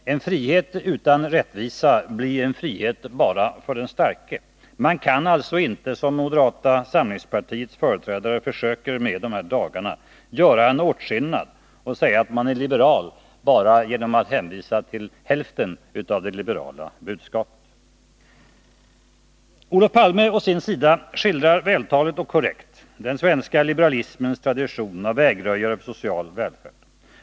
En frihet utan rättvisa blir en frihet bara för den starke. Man kan alltså inte, som moderata samlingspartiets företrädare försöker med i dessa dagar, göra en åtskillnad och säga att man är liberal bara genom att hänvisa till hälften av det liberala budskapet. Olof Palme å sin sida skildrar vältaligt och korrekt den svenska liberalismens tradition som vägröjare för social välfärd.